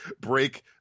break